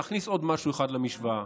להכניס עוד משהו אחד למשוואה: